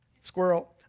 squirrel